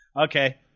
Okay